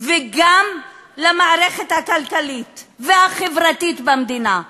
וגם למערכת הכלכלית והחברתית במדינה,